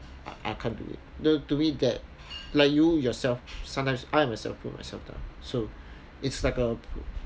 I I can't do it to mean that like you yourself sometimes I myself put myself down so it's like a